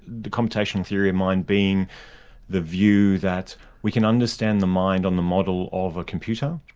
the computational theory of mind being the view that we can understand the mind on the model of a computer,